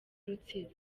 rutsiro